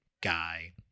guy